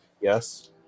Yes